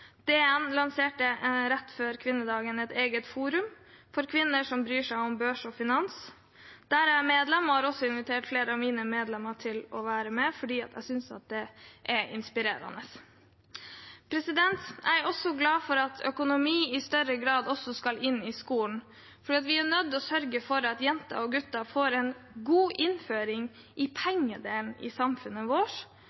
lanserte rett før kvinnedagen et eget forum for kvinner som bryr seg om børs og finans. Der er jeg medlem, og jeg har også invitert flere av mine kollegaer til å være med, fordi jeg synes det er inspirerende. Jeg er også glad for at økonomi i større grad skal inn i skolen, for vi er nødt til å sørge for at jenter og gutter får en god innføring i